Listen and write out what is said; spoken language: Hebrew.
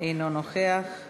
אינו נוכח,